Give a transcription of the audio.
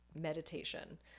meditation